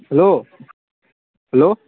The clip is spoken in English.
hello hello